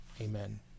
Amen